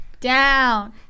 Down